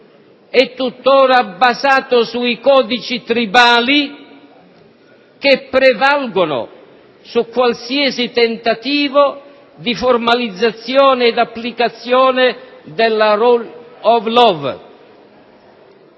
è tuttora basato sui codici tribali che prevalgono su qualsiasi tentativo di formalizzazione ed applicazione della *rule of law*.